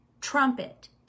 trumpet